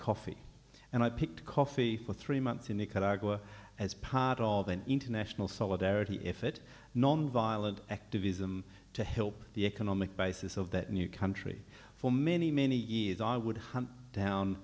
coffee and i picked coffee for three months in nicaragua as part of an international solidarity if it nonviolent activism to help the economic basis of that new country for many many years i would